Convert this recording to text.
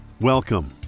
Welcome